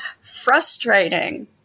frustrating